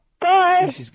Bye